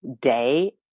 day